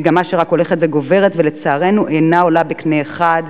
מגמה שרק הולכת וגוברת ולצערנו אינה עולה בקנה אחד